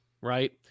Right